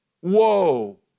whoa